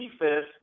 defense